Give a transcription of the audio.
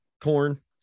corn